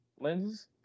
lenses